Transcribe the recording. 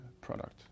product